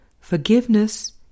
Forgiveness